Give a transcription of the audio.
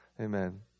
Amen